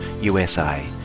USA